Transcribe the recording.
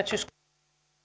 arvoisa